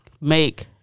make